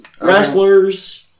wrestlers